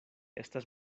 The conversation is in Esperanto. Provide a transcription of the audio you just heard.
estas